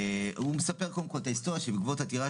הוא מספר את ההיסטוריה שבעקבות עתירה